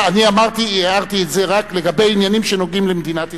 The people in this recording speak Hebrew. אני הערתי את זה רק לגבי עניינים שנוגעים במדינת ישראל.